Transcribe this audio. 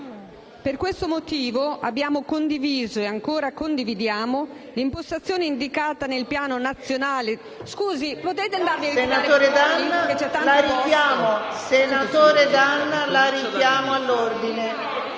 Per questo motivo abbiamo condiviso e ancora condividiamo l'impostazione indicata nel Piano nazionale